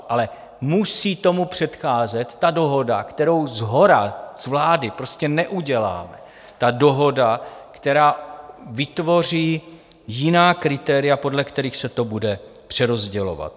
Ale musí tomu předcházet ta dohoda, kterou shora, z vlády prostě neuděláme, ta dohoda, která vytvoří jiná kritéria, podle kterých se to bude přerozdělovat.